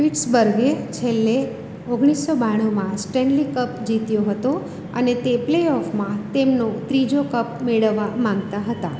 પિટ્સબર્ગે છેલ્લે ઓગણીસ સો બાણુંમાં સ્ટેનલી કપ જીત્યો હતો અને તે પ્લે ઓફમાં તેમનો ત્રીજો કપ મેળવવા માંગતા હતા